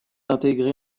intégré